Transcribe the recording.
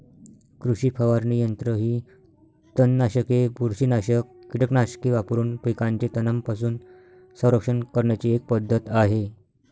कृषी फवारणी यंत्र ही तणनाशके, बुरशीनाशक कीटकनाशके वापरून पिकांचे तणांपासून संरक्षण करण्याची एक पद्धत आहे